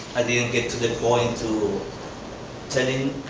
i didn't get to the point to telling